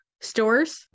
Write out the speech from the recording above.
stores